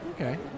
okay